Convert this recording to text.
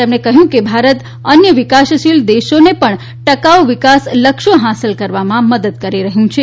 તેમણે કહ્યું કે ભારત અન્ય વિકાસશીલ દેશોને પણ ટકાઉ વિકાસ લક્ષ્યો હાંસલ કરવામાં મદદ કરી રહ્યું છે